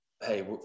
hey